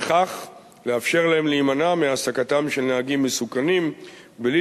וכך לאפשר להם להימנע מהעסקתם של נהגים מסוכנים בלי